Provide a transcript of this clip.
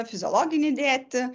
fiziologinį dėti